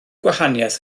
gwahaniaeth